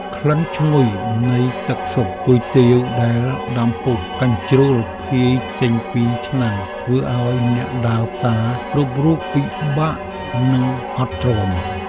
ក្លិនឈ្ងុយនៃទឹកស៊ុបគុយទាវដែលដាំពុះកញ្ជ្រោលភាយចេញពីឆ្នាំងធ្វើឱ្យអ្នកដើរផ្សារគ្រប់រូបពិបាកនឹងអត់ទ្រាំ។